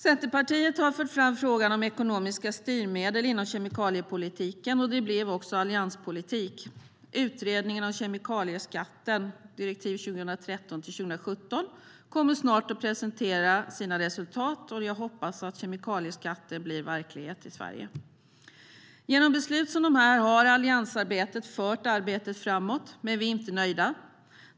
Centerpartiet har fört fram frågan om ekonomiska styrmedel inom kemikaliepolitiken, och det blev också allianspolitik. Utredningen om kemikalieskatt, med direktiv 2013:127, kommer snart att presentera sina resultat, och jag hoppas att kemikalieskatter blir verklighet i Sverige. Genom beslut som dessa har alliansregeringen fört arbetet framåt, men vi är inte nöjda.